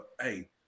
hey